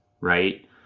right